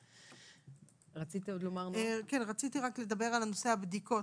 רציתי לדבר על נושא הבדיקות.